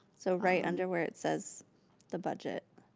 so right under where it says the budget.